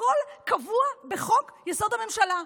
הכול קבוע בחוק-יסוד: הממשלה.